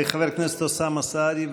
חבר הכנסת אוסאמה סעדי,